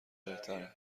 بهتره